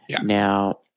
Now